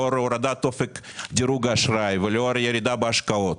לאור הורדת אופק דירוג האשראי ולאור הירידה בהשקעות.